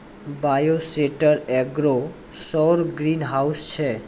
bioshelter एगो सौर greenhouse छै